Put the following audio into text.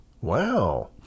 Wow